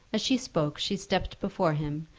as she spoke she stepped before him,